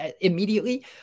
immediately